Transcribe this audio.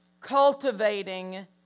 cultivating